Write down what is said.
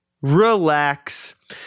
relax